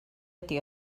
ydy